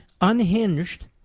unhinged